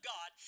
God